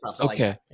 okay